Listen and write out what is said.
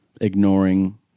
ignoring